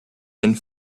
and